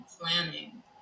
planning